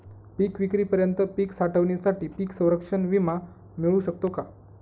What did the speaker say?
पिकविक्रीपर्यंत पीक साठवणीसाठी पीक संरक्षण विमा मिळू शकतो का?